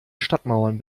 stadtmauern